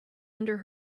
under